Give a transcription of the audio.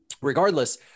regardless